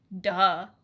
Duh